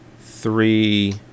three